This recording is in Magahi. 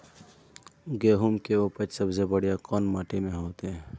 गेहूम के उपज सबसे बढ़िया कौन माटी में होते?